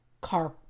car